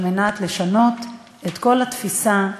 כדי לשנות את כל התפיסה,